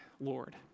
Lord